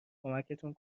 کمکتون